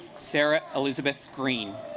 sara elizabeth screen